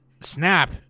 Snap